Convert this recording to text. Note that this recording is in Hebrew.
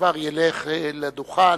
כבר ילך לדוכן.